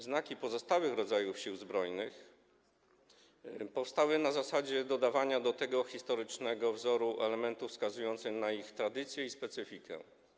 Znaki pozostałych rodzajów Sił Zbrojnych powstały na zasadzie dodawania do tego historycznego wzoru elementów wskazujących na ich tradycję i specyfikę.